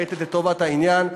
ראית את טובת העניין.